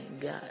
God